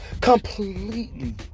completely